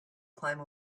climb